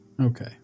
okay